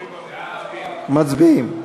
מצביעים.